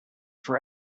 for